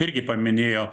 irgi paminėjo